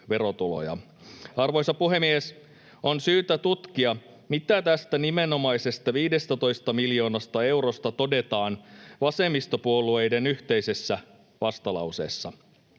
Arvoisa puhemies! On syytä tutkia, mitä tästä nimenomaisesta 15 miljoonasta eurosta todetaan vasemmistopuolueiden yhteisessä vastalauseessa.